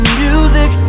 music